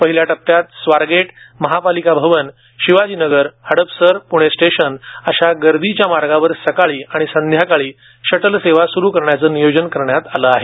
पहिल्या टप्प्यात स्वारगेट महापालिका भवन शिवाजीनगर हडपसर प्णे स्टेशन अशा गर्दीच्या मार्गांवर सकाळी आणि संध्याकाळी शटल सेवा सुरू करण्याचे नियोजन करण्यात आलं आहे